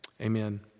Amen